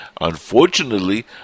unfortunately